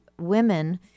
women